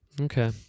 Okay